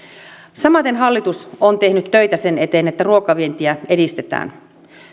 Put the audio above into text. samaten hallitus on tehnyt töitä sen eteen että ruokavientiä edistetään